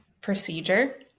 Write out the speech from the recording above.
procedure